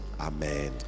amen